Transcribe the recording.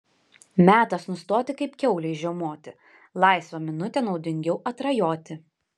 metas nustoti kaip kiaulei žiaumoti laisvą minutę naudingiau atrajoti